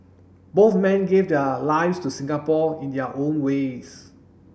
both men gave their lives to Singapore in their own ways